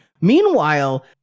Meanwhile